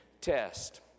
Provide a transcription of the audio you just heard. test